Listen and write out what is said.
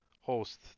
host